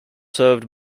served